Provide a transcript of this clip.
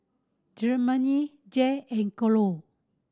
Germaine Jay and Carole